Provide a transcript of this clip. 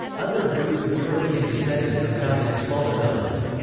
other groups of european descendants are found in smaller numbers.